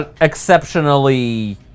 exceptionally